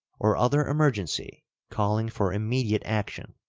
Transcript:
or other emergency calling for immediate action,